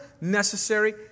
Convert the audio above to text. necessary